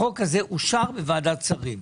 החוק הזה אושר בוועדת השרים,